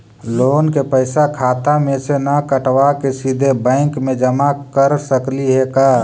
Loan के पैसा खाता मे से न कटवा के सिधे बैंक में जमा कर सकली हे का?